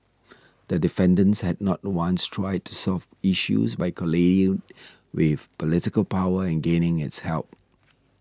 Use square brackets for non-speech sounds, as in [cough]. the defendants have not once tried to solve issues by [unintelligible] with political power and gaining its help